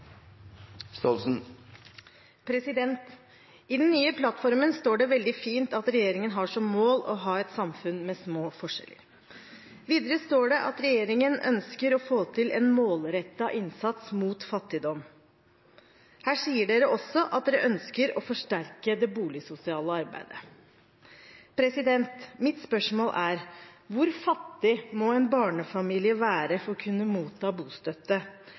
I den nye plattformen står det veldig fint at regjeringen har som mål å ha «et samfunn med små forskjeller». Videre står det at regjeringen ønsker å få til en «målrettet innsats mot fattigdom». Her sier de også at de ønsker å «forsterke det boligsosiale arbeidet». Mitt spørsmål er: Hvor fattig må en barnefamilie være for å kunne motta bostøtte,